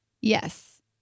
Yes